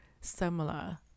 similar